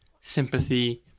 sympathy